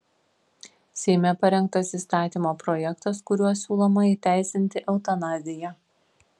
seime parengtas įstatymo projektas kuriuo siūloma įteisinti eutanaziją